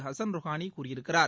Hasan Rouhani கூறியிருக்கிறார்